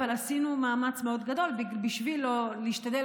אבל עשינו מאמץ מאוד גדול בשביל להשתדל